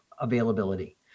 availability